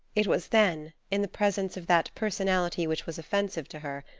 it was then, in the presence of that personality which was offensive to her,